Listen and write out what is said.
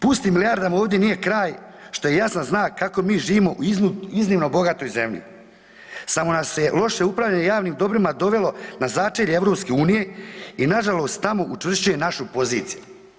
Pustim milijardama ovdje nije kraj, što je jesan znak kako mi živimo u iznimno bogatoj zemlji, samo nam se loše upravljanje javnim dobrima dovelo na začelje EU, i nažalost tamo učvršćuje naše poziciju.